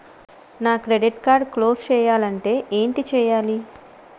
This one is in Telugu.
నా క్రెడిట్ కార్డ్ క్లోజ్ చేయాలంటే ఏంటి చేయాలి?